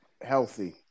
healthy